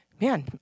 man